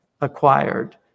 acquired